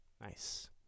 Nice